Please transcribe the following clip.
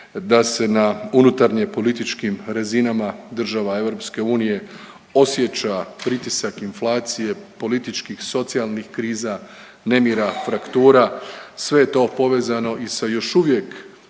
da se na unutarnje-političkim razinama država Europske unije osjeća pritisak inflacije, političkih, socijalnih kriza, nemira, fraktura. Sve je to povezano i sa još uvijek